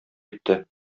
итте